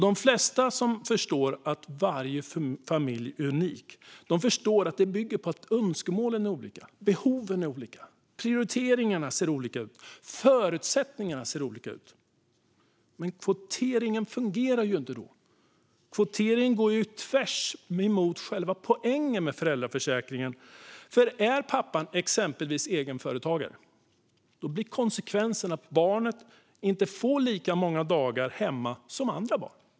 De som förstår att varje familj är unik förstår också att önskemålen, behoven, prioriteringarna och förutsättningarna är olika. Då fungerar inte kvotering. Kvotering går ju på tvärs med själva poängen med föräldraförsäkringen. Är pappan exempelvis egenföretagare blir konsekvensen att barnet inte får lika många dagar hemma som andra barn.